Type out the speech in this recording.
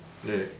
really